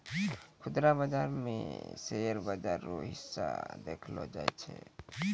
खुदरा बाजारो मे शेयर बाजार रो हिस्सा देखलो जाय छै